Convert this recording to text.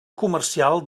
comercial